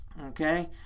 Okay